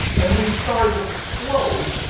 and, when these stars explode,